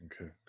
okay